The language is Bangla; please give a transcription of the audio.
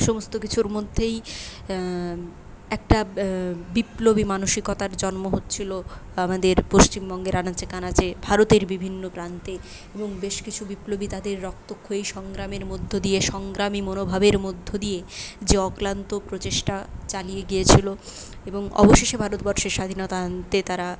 সমস্ত কিছুর মধ্যেই একটা বিপ্লবী মানসিকতার জন্ম হচ্ছিলো আমাদের পশ্চিমবঙ্গের আনাচে কানাচে ভারতের বিভিন্ন প্রান্তে এবং বেশ কিছু বিপ্লবী তাদের রক্তক্ষয়ী সংগ্রামের মধ্যে দিয়ে সংগ্রামী মনোভাবের মধ্য দিয়ে যে অক্লান্ত প্রচেষ্টা চালিয়ে গিয়েছিলো এবং অবশেষে ভারতবর্ষে স্বাধীনতা আনতে তারা